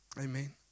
Amen